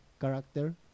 character